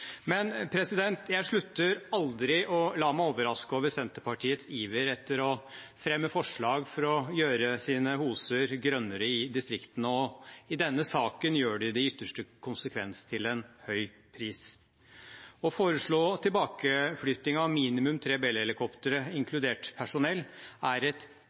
Men jeg slutter aldri med å la meg overraske over Senterpartiets iver etter å fremme forslag for å gjøre sine hoser grønne i distriktene, og i denne saken gjør de det i ytterste konsekvens til en høy pris. Å foreslå tilbakeflytting av minimum tre Bell-helikoptre, inkludert personell, er et